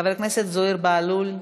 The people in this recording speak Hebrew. חבר הכנסת זוהיר בהלול,